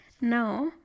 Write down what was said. Now